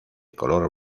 color